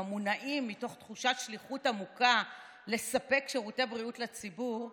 המונעים מתוך תחושת שליחות עמוקה לספק שירותי בריאות לציבור,